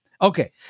Okay